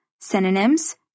Synonyms